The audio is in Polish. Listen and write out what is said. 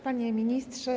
Panie Ministrze!